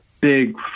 big